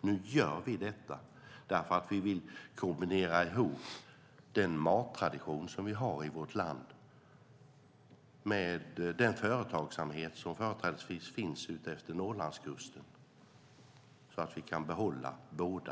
Nu gör vi detta därför att vi vill kombinera ihop den mattradition som vi har i vårt land med den företagsamhet som företrädesvis finns utefter Norrlandskusten så att vi kan behålla båda.